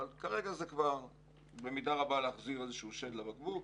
אבל כרגע זה במידה רבה להחזיר איזשהו שד לבקבוק.